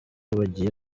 bagiye